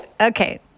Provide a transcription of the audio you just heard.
okay